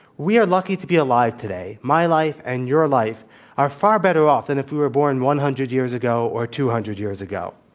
we are lucky to be alive today. my life and your life are far better off than if we were born one hundred years ago or two hundred years ago.